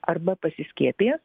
arba pasiskiepijęs